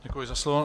Děkuji za slovo.